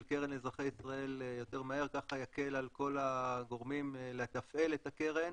קרן לאזרחי ישראל יותר מהר ככה יקל על כל הגורמים לתפעל את הקרן